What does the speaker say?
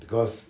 because